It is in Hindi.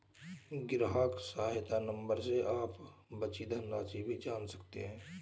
ग्राहक सहायता नंबर से आप बची धनराशि भी जान सकते हैं